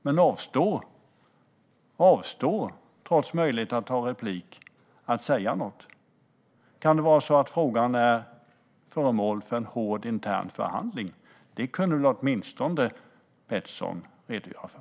Men trots möjlighet att ta replik avstår hon från att säga något. Kan det vara så att frågan är föremål för en hård intern förhandling? Det kunde väl åtminstone Pettersson redogöra för.